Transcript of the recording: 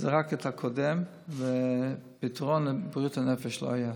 זרק את הקודם, ופתרון לבריאות הנפש לא היה.